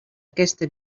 aquesta